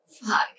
Fuck